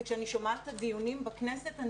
וכשאני שומעת את הדיונים בכנסת,